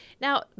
now